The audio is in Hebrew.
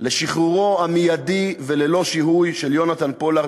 לשחרורו המיידי וללא שיהוי של יונתן פולארד